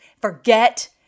Forget